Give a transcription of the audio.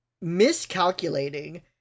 miscalculating